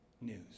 news